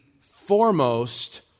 foremost